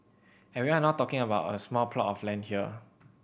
and we're not talking about a small plot of land here